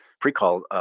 pre-call